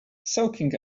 soaking